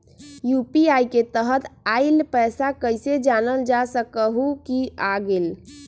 UPI के तहत आइल पैसा कईसे जानल जा सकहु की आ गेल?